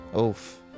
Oof